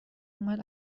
اومد